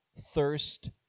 thirst